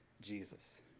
Jesus